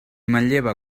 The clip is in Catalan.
manlleva